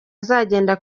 azagenda